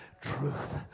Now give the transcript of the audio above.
truth